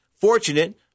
fortunate